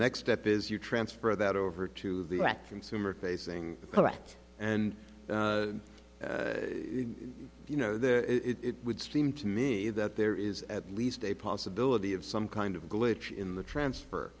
next step is you transfer that over to the consumer facing court and you know it would seem to me that there is at least a possibility of some kind of glitch in the transfer